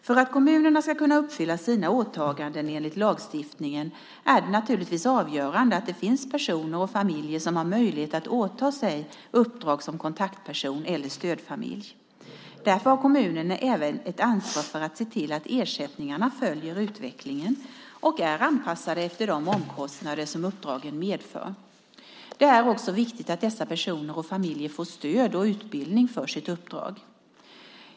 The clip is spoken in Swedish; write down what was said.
För att kommunerna ska kunna uppfylla sina åtaganden enligt lagstiftningen är det naturligtvis avgörande att det finns personer och familjer som har möjlighet att åta sig uppdrag som kontaktperson eller stödfamilj. Därför har kommunerna även ett ansvar för att se till att ersättningarna följer utvecklingen och är anpassade efter de omkostnader som uppdragen medför. Det är också viktigt att dessa personer och familjer får stöd och utbildning för sina uppdrag.